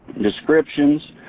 descriptions,